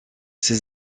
ses